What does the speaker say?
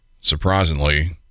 surprisingly